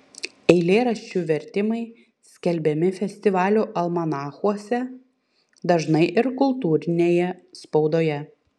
eilėraščių vertimai skelbiami festivalių almanachuose dažnai ir kultūrinėje spaudoje